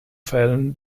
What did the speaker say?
fällen